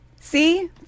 See